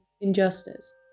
injustice